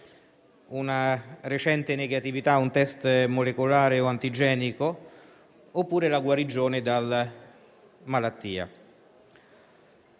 una recente negatività a un test molecolare o antigenico oppure la guarigione dalla malattia.